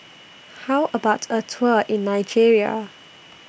How about A Tour in Nigeria